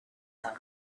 son